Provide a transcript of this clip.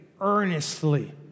earnestly